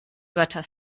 wörter